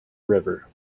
river